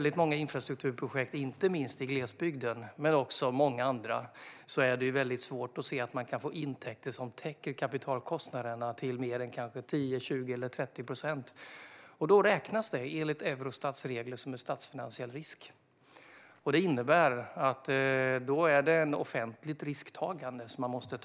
I många infrastrukturprojekt, inte minst i glesbygd, är det dock svårt att se att man kan få intäkter som täcker kapitalkostnaderna till mer än kanske 10, 20 eller 30 procent. Då räknas det enligt Eurostats regler som en statsfinansiell risk, och då handlar det om ett offentligt risktagande.